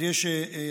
אז יש מנוחה